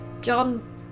John